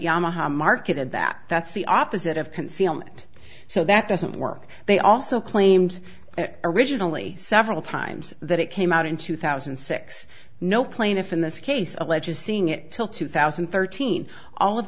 yamaha marketed that that's the opposite of concealment so that doesn't work they also claimed it originally several times that it came out in two thousand and six no plaintiff in this case alleges seeing it till two thousand and thirteen all of